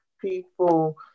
people